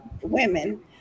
women